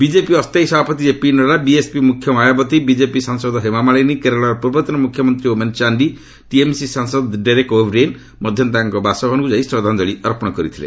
BJP ଅସ୍ଥାୟୀ ସଭାପତି JP Nadda BSP ମୁଖ୍ୟ ମାୟାବତୀ ବିଜେପି ସାଂସଦ ହେମାମାଳିନୀ କେରଳର ପୂର୍ବତନ ମୁଖ୍ୟମନ୍ତ୍ରୀ ଓମେନ୍ ଚାଣ୍ଡି ଟିଏମ୍ସି ସାଂସଦ ଡେରେକ୍ ଓବ୍ରେନ୍ ମଧ୍ୟ ତାଙ୍କ ବାସଭବନକ୍ର ଯାଇ ଶ୍ରଦ୍ଧାଞ୍ଚଳୀ ଅର୍ପଣ କରିଥିଲେ